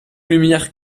lumière